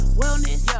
wellness